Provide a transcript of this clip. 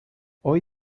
hoy